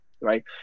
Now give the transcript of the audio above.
right